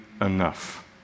enough